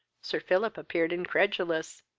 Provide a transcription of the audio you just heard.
sir philip appeared incredulous,